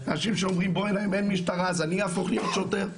אנשים שאומרים אם אין משטרה אז אני אהפוך להיות שוטר.